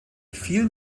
vielen